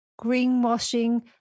Greenwashing